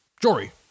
Jory